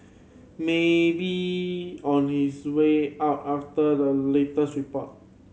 may be on his way out after the latest report